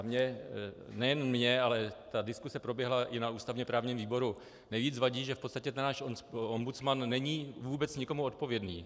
Mně, nejen mně, ale ta diskuse proběhla i na ústavněprávním výboru, nejvíc vadí, že v podstatě náš ombudsman není vůbec nikomu odpovědný.